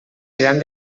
seran